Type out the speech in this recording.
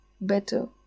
Better